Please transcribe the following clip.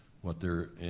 what they're,